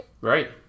right